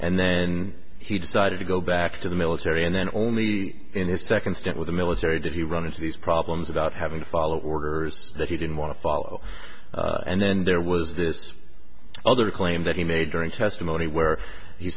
and then he decided to go back to the military and then only in his second stint with the military did he run into these problems without having to follow orders that he didn't want to follow and then there was this other claim that he made during testimony where